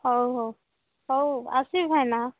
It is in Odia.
ହଉ ହଉ ହଉ ଆସିବି ଭାଇନା